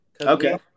Okay